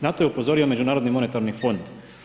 Na to je upozorio Međunarodni monetarni fond.